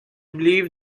believe